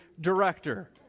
director